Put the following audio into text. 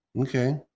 Okay